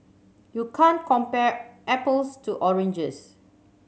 you can't compare apples to oranges